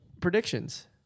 predictions